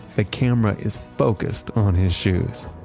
the camera is focused on his shoes.